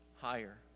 higher